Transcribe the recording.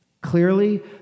Clearly